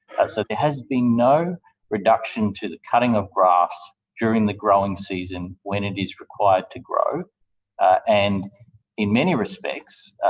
so there has been no reduction to the cutting of grass during the growing season when it is required to grow and in many respects,